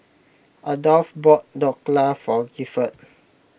Adolph bought Dhokla for Gifford